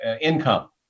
income